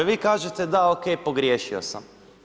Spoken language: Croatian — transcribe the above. Vi kažete, da OK pogriješio sam.